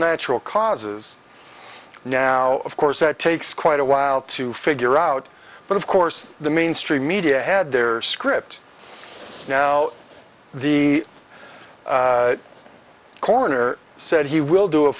natural causes now of course that takes quite a while to figure out but of course the mainstream media had their script now the coroner said he will do a